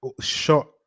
shot